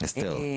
אסתר.